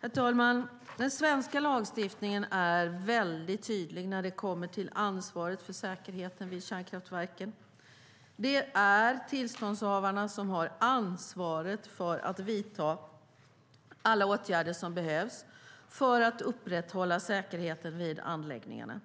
Herr talman! Den svenska lagstiftningen är tydlig när det kommer till ansvaret för säkerheten vid kärnkraftverken. Det är tillståndshavarna som har ansvaret för att vidta alla åtgärder som behövs för att upprätthålla säkerheten vid anläggningarna.